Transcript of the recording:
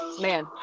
man